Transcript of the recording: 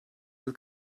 yıl